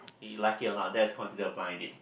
you like it or not that's considered a blind date